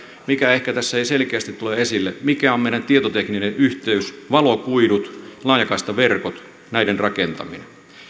mikä ehkä tässä ei selkeästi tule esille on se mikä on meidän tietotekninen yhteytemme valokuidut laajakaistaverkot näiden rakentaminen